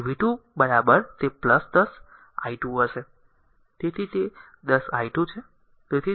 તેથી v 2 તે 10 i2 હશે તેથી જ તે 10 i2 છે